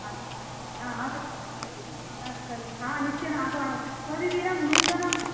आगच्छतु हा आगच्छतु अस्तु अस्तु हा निश्चयेन आह्वानं प्रतिदिनं नूतनं